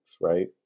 right